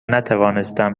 نتوانستم